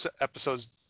episodes